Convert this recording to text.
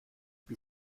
wir